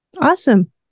Awesome